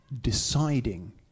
deciding